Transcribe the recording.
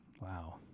Wow